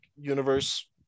universe